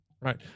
right